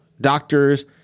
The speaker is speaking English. doctors